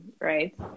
right